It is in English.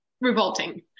revolting